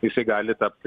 jisai gali tapti